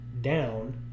down